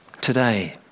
today